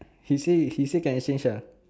she say she say can exchange uh